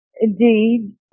indeed